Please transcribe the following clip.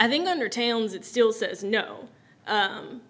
i think under towns it still says no